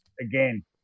again